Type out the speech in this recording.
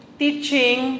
teaching